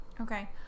Okay